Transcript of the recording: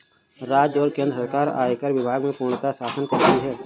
राज्य और केन्द्र सरकार आयकर विभाग में पूर्णतयः शासन करती हैं